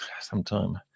sometime